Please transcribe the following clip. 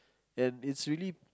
and it's really